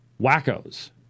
wackos